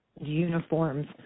uniforms